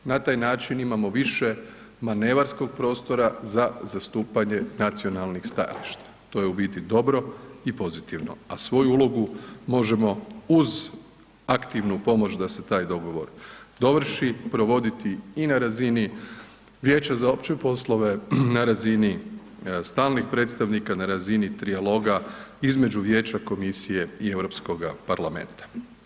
Na taj način imamo više manevarskog prostora za zastupanje nacionalnih stajališta, to je u biti dobro i pozitivno, a svoju ulogu možemo uz aktivnu pomoć da se taj dogovor dovrši provoditi i na razini Vijeća za opće poslove, na razini stalnih predstavnika, na razini trijaloga između Vijeća, komisije i Europskoga parlamenta.